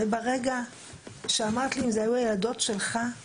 וברגע שאמרת לי אם אלו היו הילדות שלך,